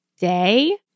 day